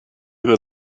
that